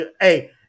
hey